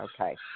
Okay